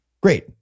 Great